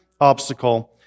obstacle